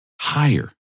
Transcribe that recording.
higher